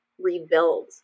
rebuild